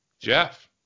Jeff